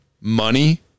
money